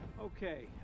Okay